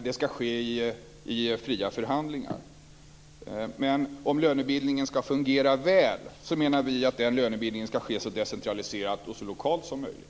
Dessa ska förhandlas fram i fria förhandlingar. Men om lönebildningen ska fungera väl menar vi att den lönebildningen ska ske så decentraliserat och lokalt som möjligt.